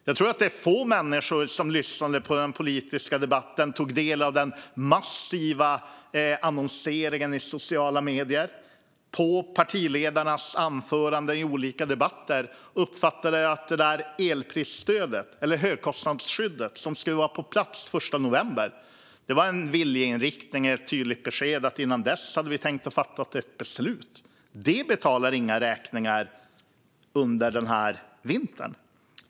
Jag tror att få människor som lyssnade på den politiska debatten, tog del av den massiva annonseringen i sociala medier och lyssnade på partiledarnas anföranden i olika debatter uppfattade att det där högkostnadsskyddet, som skulle vara på plats den 1 november, var en viljeinriktning och att det var fråga om ett tydligt besked om att man innan dess hade tänkt fatta ett beslut. Det betalar inga räkningar under den här vintern.